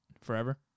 Forever